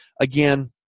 Again